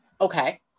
Okay